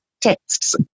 Texts